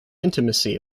intimacy